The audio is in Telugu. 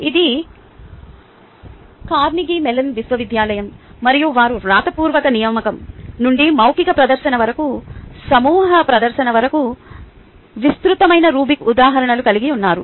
ఇది కార్నెగీ మెల్లన్ విశ్వవిద్యాలయం మరియు వారు వ్రాతపూర్వక నియామకం నుండి మౌఖిక ప్రదర్శన వరకు సమూహ ప్రదర్శన వరకు విస్తృతమైన రుబ్రిక్ ఉదాహరణలు కలిగి ఉన్నారు